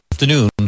afternoon